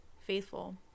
faithful